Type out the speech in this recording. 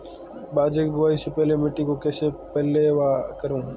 बाजरे की बुआई से पहले मिट्टी को कैसे पलेवा करूं?